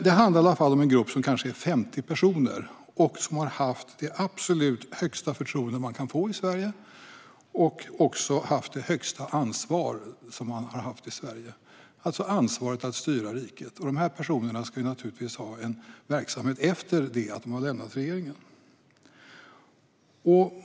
Det handlar om en grupp som kanske är 50 personer som har haft det absolut högsta förtroende man kan få i Sverige och också har haft det högsta ansvar som man kan ha i Sverige, alltså ansvaret för att styra riket. Dessa personer ska naturligtvis ha en verksamhet efter det att de har lämnat regeringen.